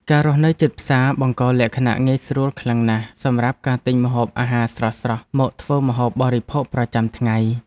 ការរស់នៅជិតផ្សារបង្កលក្ខណៈងាយស្រួលខ្លាំងណាស់សម្រាប់ការទិញម្ហូបអាហារស្រស់ៗមកធ្វើម្ហូបបរិភោគប្រចាំថ្ងៃ។